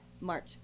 March